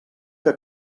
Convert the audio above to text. que